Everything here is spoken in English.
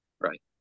right